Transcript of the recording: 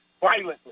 violently